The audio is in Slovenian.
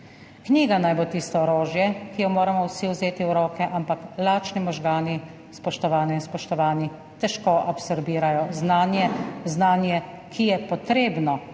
Knjiga naj bo tisto orožje, ki jo moramo vsi vzeti v roke, ampak lačni možgani, spoštovane in spoštovani, težko absorbirajo znanje, znanje, ki je potrebno